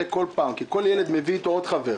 כי כל ילד מביא איתו עוד חבר.